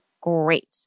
great